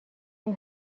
این